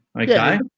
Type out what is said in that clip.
Okay